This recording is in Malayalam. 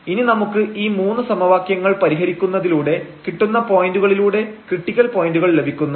ഇനി നമുക്ക് ഈ മൂന്ന് സമവാക്യങ്ങൾ പരിഹരിക്കുന്നതിലൂടെ കിട്ടുന്ന പോയന്റുകളിലൂടെ ക്രിട്ടിക്കൽ പോയന്റുകൾ ലഭിക്കുന്നു